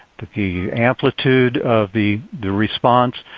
the amplitude of the the response.